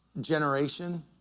generation